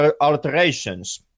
alterations